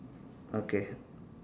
okay